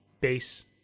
base